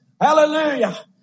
Hallelujah